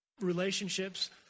relationships